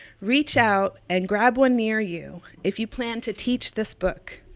reach out and grab one near you if you plan to teach this book,